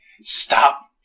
Stop